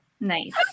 Nice